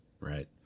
Right